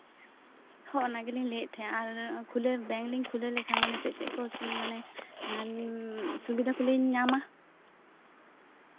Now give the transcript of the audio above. ᱦᱚᱸ ᱚᱱᱟ ᱜᱮᱞᱤᱧ ᱞᱟᱹᱭᱮᱫ ᱛᱟᱦᱮᱱᱟ ᱵᱮᱝᱠ ᱞᱤᱧ ᱠᱷᱩᱞᱟᱹᱣ ᱞᱮᱠᱷᱟᱱ ᱢᱟᱱᱮ ᱥᱩᱵᱤᱫᱷᱟ ᱠᱚᱞᱤᱧ ᱧᱟᱢᱟ